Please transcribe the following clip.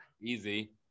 Easy